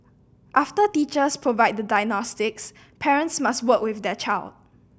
after teachers provide the diagnostics parents must work with their child